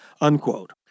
unquote